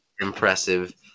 impressive